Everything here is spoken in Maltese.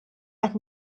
qed